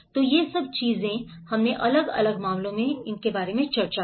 तो ये सब चीजों हमने अलग अलग मामलों में चर्चा की